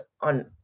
on